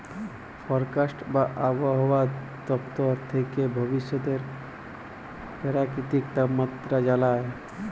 forecast বা আবহাওয়া দপ্তর থ্যাকে ভবিষ্যতের পেরাকিতিক তাপমাত্রা জালায়